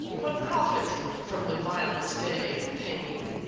what profit from the violet's day of pain?